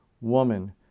Woman